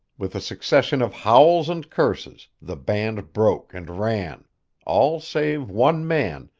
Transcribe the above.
with a succession of howls and curses the band broke and ran all save one man,